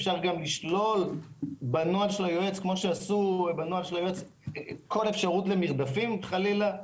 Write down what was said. אפשר גם לשלול בנוהל של היועץ כל אפשרות למרדפים חלילה.